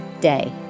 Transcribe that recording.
day